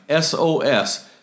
SOS